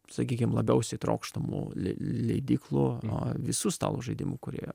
sakykim labiausiai trokštamų le leidyklų a visų stalo žaidimų kūrėjų